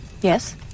Yes